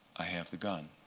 i have the gun.